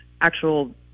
actual